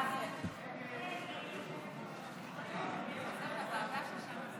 חוק לתיקון פקודת בתי הסוהר (מס' 55 והוראות שעה),